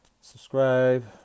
subscribe